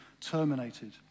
terminated